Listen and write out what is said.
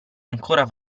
ancora